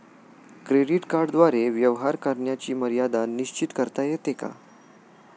Credit कार्डद्वारे व्यवहार करण्याची मर्यादा निश्चित करता येते का?